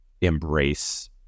embrace